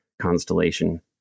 constellation